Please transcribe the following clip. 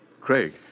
Craig